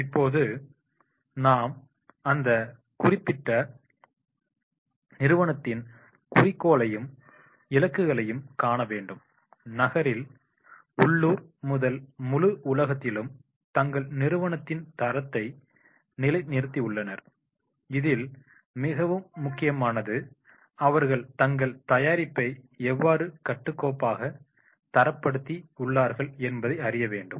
இப்போது நாம் அந்த குறிப்பிட்ட நிறுவனத்தின் குறிக்கோளையும் இலக்குகளையும் காண வேண்டும் நகரில் உள்ளூர் முதல் முழு உலகத்திலும் தங்கள் நிறுவனத்தின் தரத்தை நிலை நிறுத்தியுள்ளனர் இதில் மிகவும் முக்கியமானது அவர்கள் தங்கள் தயாரிப்பை எவ்வாறு கட்டுக்கோப்பாக தரப்படுத்தி உள்ளார்கள் என்பதை அறிய வேண்டும்